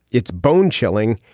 it's bone chilling.